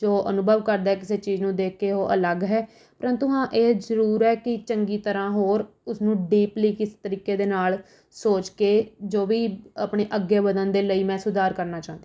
ਜੋ ਅਨੁਭਵ ਕਰਦਾ ਕਿਸੇ ਚੀਜ਼ ਨੂੰ ਦੇਖ ਕੇ ਉਹ ਅਲੱਗ ਹੈ ਪ੍ਰੰਤੂ ਹਾਂ ਇਹ ਜ਼ਰੂਰ ਹੈ ਕਿ ਚੰਗੀ ਤਰ੍ਹਾਂ ਹੋਰ ਉਸ ਨੂੰ ਡੀਪਲੀ ਕਿਸੇ ਤਰੀਕੇ ਦੇ ਨਾਲ ਸੋਚ ਕੇ ਜੋ ਵੀ ਆਪਣੇ ਅੱਗੇ ਵਧਣ ਦੇ ਲਈ ਮੈਂ ਸੁਧਾਰ ਕਰਨਾ ਚਾਹੁੰਦੀ ਹਾਂ